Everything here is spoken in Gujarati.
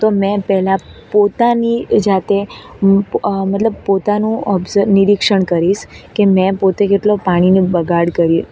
તો મેં પહેલા પોતાની જાતે મતલબ પોતાનું ઓબ્ઝર્વ નિરીક્ષણ કરીશ કે મેં પોતે કેટલો પાણીનો બગાડ કર્યો